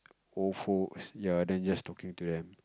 old folks ya then just talking to them